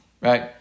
right